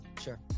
Sure